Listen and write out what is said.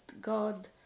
God